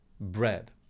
bread